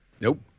Nope